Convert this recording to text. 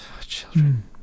children